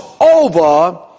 over